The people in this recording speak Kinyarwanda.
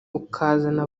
ukazana